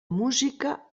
música